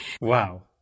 Wow